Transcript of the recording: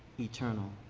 eternal.